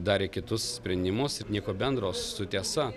darė kitus sprendimus ir nieko bendro su tiesa